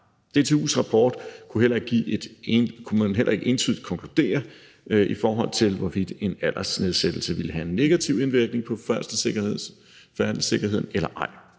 DTU's rapport kunne man heller ikke entydigt konkludere, i forhold til hvorvidt en aldersnedsættelse ville have en negativ indvirkning på færdselssikkerheden eller ej.